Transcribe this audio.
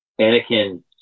Anakin